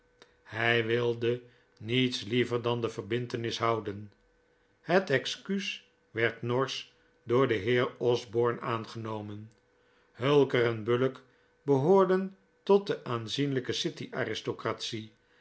hij wilde niets liever dan de verbintenis houden het excuus werd norsch door den heer osborne aangenomen hulker bullock behoorden tot de aanzienlijke